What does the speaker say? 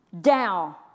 down